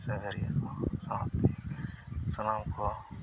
ᱥᱟᱸᱜᱷᱟᱨᱤᱭᱟᱹ ᱠᱚ ᱥᱟᱶᱛᱮ ᱥᱟᱱᱟᱢ ᱠᱚ